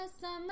summer